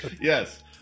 Yes